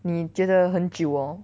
你觉得很久 hor